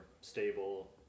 stable